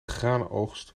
graanoogst